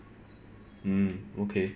mm okay